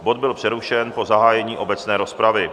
Bod byl přerušen po zahájení obecné rozpravy.